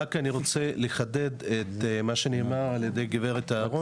אני רוצה לחדד את מה שנאמר על ידי הגב' אהרוני